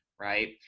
right